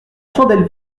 chandelle